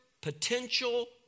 potential